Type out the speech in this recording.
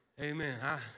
Amen